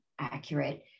accurate